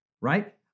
right